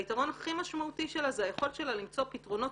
והיתרון הכי משמעותי שלה זה היכולת שלה למצוא פתרונות